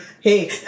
hey